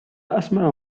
أسمع